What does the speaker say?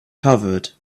covered